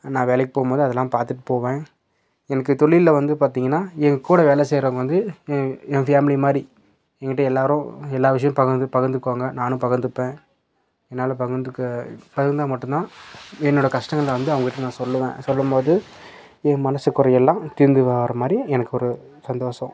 நான் வேலைக்கி போகும்போது அதெல்லாம் பார்த்துட்டு போவேன் எனக்கு தொழிலில் வந்து பார்த்திங்கன்னா எங்கள் கூட வேலை செய்கிறவங்க வந்து என் ஃபேமிலி மாதிரி எங்கிட்ட எல்லோரும் எல்லா விஷயம் பகிர்ந்து பகிர்ந்துக்குவாங்க நானும் பகிர்ந்துப்பேன் என்னால் பகிர்ந்துக்க பகிர்ந்தால் மட்டும் தான் என்னோடய கஷ்டங்களை வந்து அவங்ககிட்ட நான் சொல்லுவேன் சொல்லும் போது என் மனசு குறை எல்லாம் தீர்ந்து போகிற மாதிரி எனக்கு ஒரு சந்தோஷம்